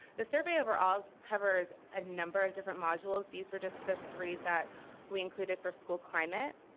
the survey overall covers a number of different modules, these were just the three that we included for school climate.